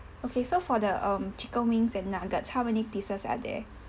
okay so for the um chicken wings and nuggets how many pieces are there